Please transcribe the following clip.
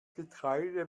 getreide